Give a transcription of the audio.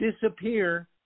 disappear